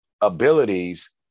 abilities